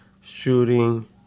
shooting